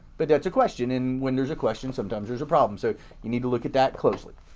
but that's a question. and when there's a question, sometimes there's a problem. so you need to look at that closely.